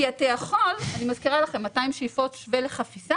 כי אתה יכול אני מזכירה לכם ש-200 שאיפות שווה לחפיסת